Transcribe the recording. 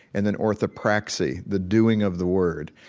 and then orthopraxy, the doing of the word.